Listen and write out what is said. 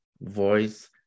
voice